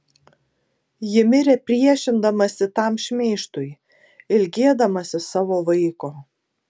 ji mirė priešindamasi tam šmeižtui ilgėdamasi savo vaiko